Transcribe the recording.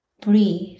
Breathe